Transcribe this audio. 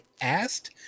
asked